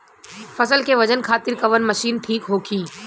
फसल के वजन खातिर कवन मशीन ठीक होखि?